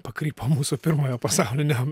pakrypo mūsų pirmojo pasaulinio